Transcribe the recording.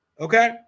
Okay